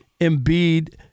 Embiid